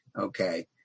okay